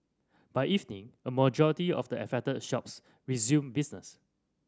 by evening a majority of the affected shops resumed business